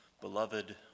beloved